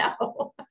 no